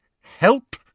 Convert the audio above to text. Help